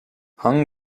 hung